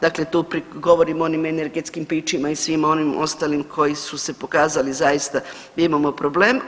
Dakle, tu govorim o onim energetskim pićima i svima onim ostalima koji su se pokazali zaista da imamo problem.